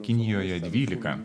kinijoje dvylika